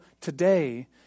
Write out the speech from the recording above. today